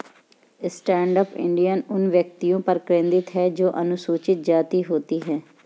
stand up India उन व्यक्तियों पर केंद्रित है जो अनुसूचित जाति होती है